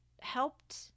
helped